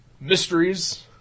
Mysteries